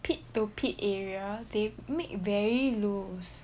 pit to pit area they make very loose